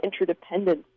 interdependence